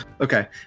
Okay